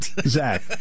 Zach